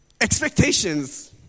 expectations